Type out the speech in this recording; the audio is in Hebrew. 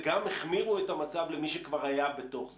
וגם החמירו את המצב למי שכבר היה בתוך זה.